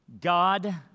God